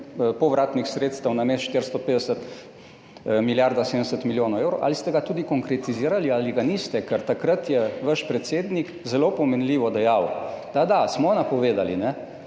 povratnih sredstev namesto 450, milijarda 70 milijonov evrov. Ali ste ga tudi konkretizirali ali ga niste? Ker takrat je vaš predsednik zelo pomenljivo dejal, da smo napovedali,